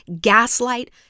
gaslight